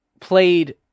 played